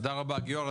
תודה רבה גיורא.